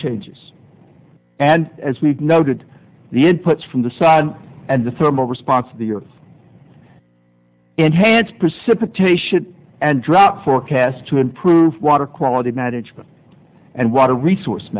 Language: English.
changes and as we noted the inputs from the sun and the thermal response of the earth enhance precipitation and drought forecasts to improve water quality management and water resource